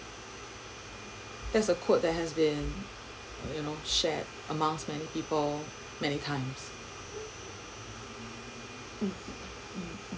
there's a quote that has been you know shared among many people many times mm